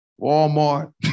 Walmart